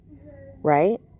Right